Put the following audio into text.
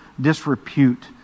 disrepute